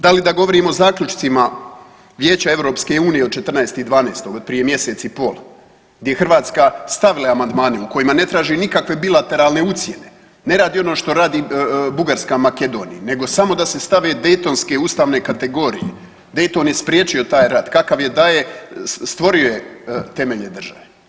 Da li da govorim o zaključcima Vijeća EU od 14.12. od prije mjesec i pol gdje je Hrvatska stavila amandmane u kojima ne traži nikakve bilateralne ucjene, ne radi ono što radi Bugarska Makedoniji nego da se stave dejtonske ustavne kategorije, Dayton je spriječio taj rat, kakav je da je stvorio je temelje države.